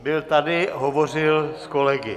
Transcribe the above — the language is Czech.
Byl tady, hovořil s kolegy.